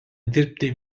dirbti